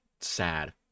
sad